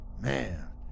Man